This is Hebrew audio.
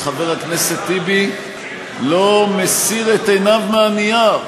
חבר הכנסת טיבי לא מסיר את עיניו מהנייר.